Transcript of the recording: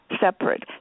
Separate